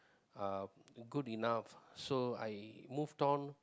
uh good enough so I moved on